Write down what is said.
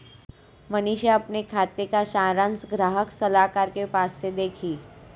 मनीषा अपने खाते का सारांश ग्राहक सलाहकार के पास से देखी